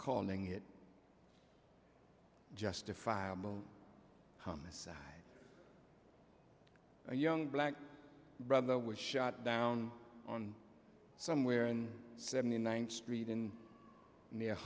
calling it justifiable homicide a young black brother was shot down on somewhere in seventy nine street in